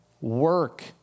work